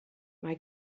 mae